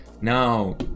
Now